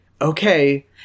okay